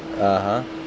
(uh huh)